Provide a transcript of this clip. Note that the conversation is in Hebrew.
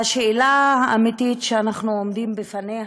השאלה האמיתית שאנחנו עומדים בפניה,